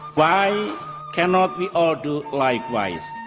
why cannot we all do likewise?